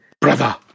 Brother